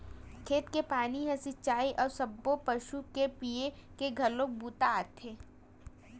खेत के पानी ह चिरई अउ सब्बो पसु के पीए के घलोक बूता आथे